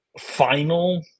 final